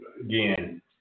again